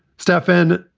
stefan,